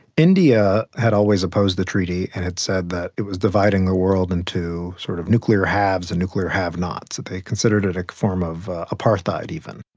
india had always opposed the treaty and it said that it was dividing the world into sort of nuclear haves and nuclear have-nots, that they considered it a form of apartheid even.